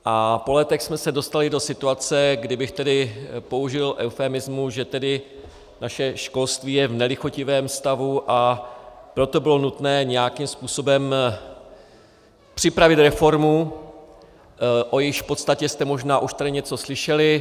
A po letech jsme se dostali do situace, kdybych tedy použil eufemismu, že naše školství je v nelichotivém stavu, a proto bylo nutné nějakým způsobem připravit reformu, o jejíž podstatě jste možná už tady něco slyšeli.